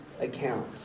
account